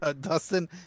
Dustin